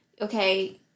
Okay